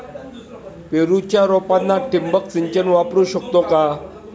पेरूच्या रोपांना ठिबक सिंचन वापरू शकतो का?